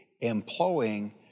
employing